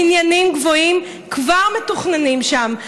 בניינים גבוהים כבר מתוכננים שם.